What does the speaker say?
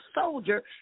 soldier